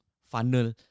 funnel